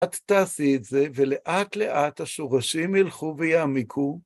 את תעשי את זה, ולאט לאט השורשים ילכו ויעמיקו.